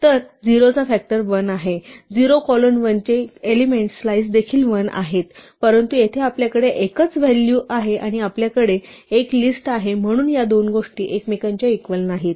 तर 0 चा फॅक्टर 1 आहे 0 कोलन 1 चे एलिमेंट स्लाइस देखील 1 आहेत परंतु येथे आपल्याकडे एकच व्हॅल्यू आहे आणि आपल्याकडे एक लिस्ट आहे म्हणून या दोन गोष्टी एकमेकांच्या इक्वल नाहीत